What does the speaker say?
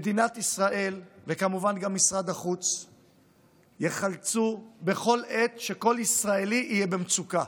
מדינת ישראל וכמובן גם משרד החוץ ייחלצו בכל עת שכל ישראלי יהיה במצוקה.